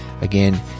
Again